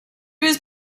was